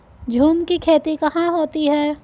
झूम की खेती कहाँ होती है?